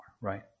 right